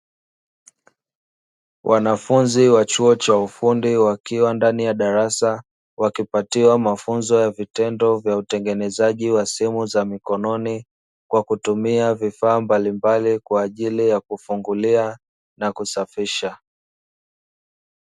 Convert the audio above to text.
Wanafunzi wa chuo cha ufundi wakiwa ndani ya darasa, wakipatiwa mafunzo ya vitendo vya utengenezaji wa simu za mikononi, kwa kutumia vifaa mbalimbali kwa ajili ya kufungulia na kusafisha.